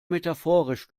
metaphorisch